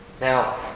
Now